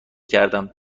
کردم